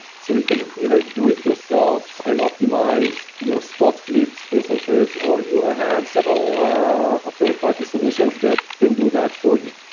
so you can either do it yourself and optimize your spot fleet instances or you will have several ah third party solutions that can do that for you.